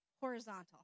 horizontal